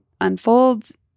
unfolds